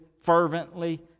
fervently